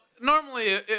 normally